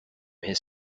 his